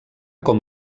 com